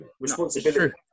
Responsibility